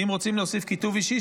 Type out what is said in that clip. ואם רוצים להוסיף כיתוב אישי,